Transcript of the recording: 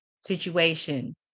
situation